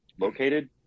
located